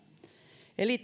eli